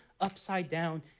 upside-down